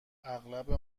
اغلب